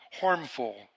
harmful